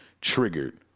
triggered